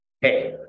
Hey